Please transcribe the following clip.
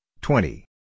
twenty